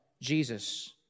Jesus